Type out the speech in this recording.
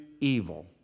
evil